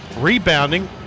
rebounding